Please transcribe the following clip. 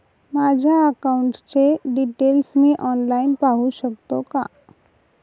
माझ्या अकाउंटचे डिटेल्स मी ऑनलाईन पाहू शकतो का?